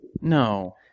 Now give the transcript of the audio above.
No